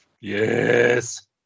Yes